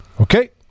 Okay